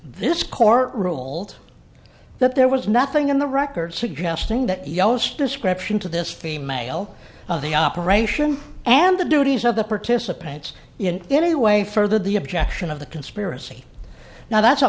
this court ruled that there was nothing in the record suggesting that yost description to this female of the operation and the duties of the participants in any way further the objection of the conspiracy now that's a